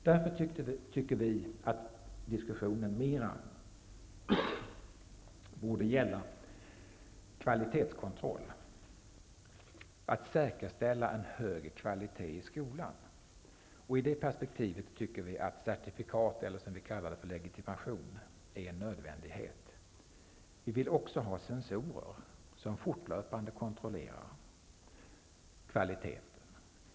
Vi tycker därför att diskussionen mer borde gälla kvalitetskontroll för att säkerställa en hög kvalitet i skolan. I det perspektivet är certifikat, eller som vi kallar det legitimation, en nödvändighet. Vi i Ny demokrati vill också införa censorer, som fortlöpande kontrollerar kvaliteten.